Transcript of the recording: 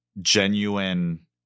genuine